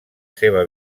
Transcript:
seva